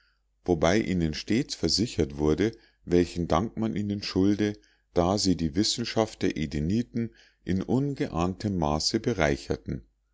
wobei ihnen stets versichert wurde welchen dank man ihnen schulde da sie die wissenschaft der edeniten in ungeahntem maße bereicherten